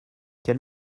quel